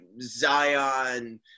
Zion